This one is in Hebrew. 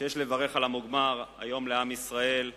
שיש לברך על המוגמר היום לעם ישראל.